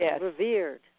revered